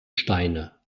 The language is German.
steine